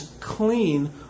clean